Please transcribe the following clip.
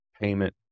payment